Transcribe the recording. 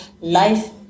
life